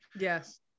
Yes